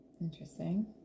Interesting